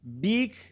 big